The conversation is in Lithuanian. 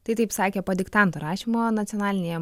tai taip sakė po diktanto rašymo nacionalinėje